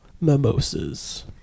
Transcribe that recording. mimosas